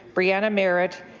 brianna merritt,